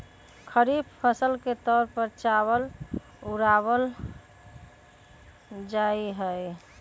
खरीफ फसल के तौर पर चावल उड़ावल जाहई